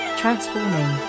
transforming